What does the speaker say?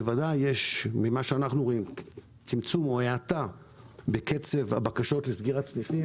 או האטה בקצב הבקשות לסגירת סניפים.